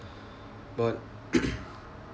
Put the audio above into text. but